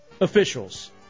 Officials